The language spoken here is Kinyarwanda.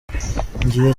ngiyo